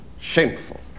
Shameful